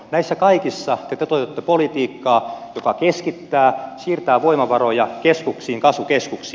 näissä kaikissa te toteutatte politiikkaa joka keskittää siirtää voimavaroja kasvukeskuksiin